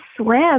swim